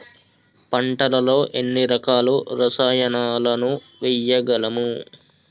పంటలలో ఎన్ని రకాల రసాయనాలను వేయగలము?